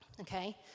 Okay